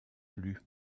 plus